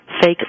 fake